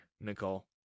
Nicole